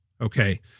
Okay